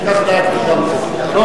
כך נהגתי גם פה.